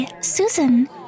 Susan